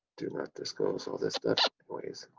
do not disclose all this stuff.